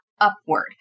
upward